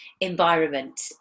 environment